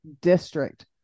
district